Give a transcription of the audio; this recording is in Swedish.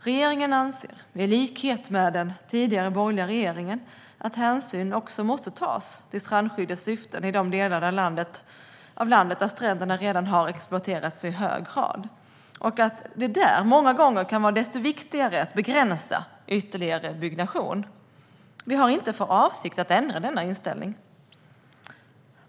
Regeringen anser, i likhet med den tidigare borgerliga regeringen, att hänsyn också måste tas till strandskyddets syften i de delar av landet där stränderna redan har exploaterats i hög grad och att det där många gånger kan vara desto viktigare att begränsa ytterligare byggnation. Vi har inte för avsikt att ändra denna inställning.